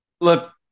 Look